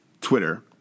Twitter